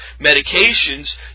medications